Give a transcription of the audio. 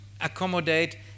accommodate